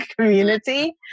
community